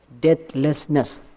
deathlessness